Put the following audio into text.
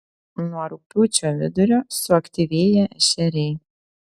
nuo rugpjūčio vidurio suaktyvėja ešeriai